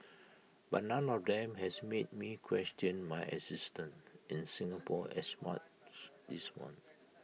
but none of them has made me question my existence in Singapore as much this one